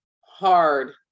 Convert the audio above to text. hard